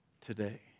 today